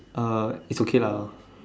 uh it's okay lah